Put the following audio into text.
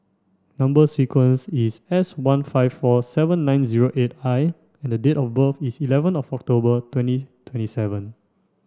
number sequence is S one five four seven nine zero eight I and the date of birth is eleven of October twenty twenty seven